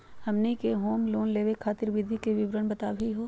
हमनी के home loan लेवे खातीर विधि के विवरण बताही हो?